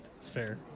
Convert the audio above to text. Fair